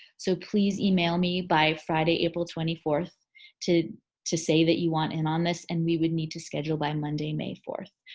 so please email me by friday, april twenty fourth to to say that you want in on this and we would need to schedule by monday, may fourth.